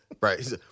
Right